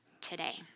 today